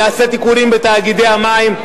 נעשה תיקונים בתאגידי המים.